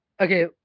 okay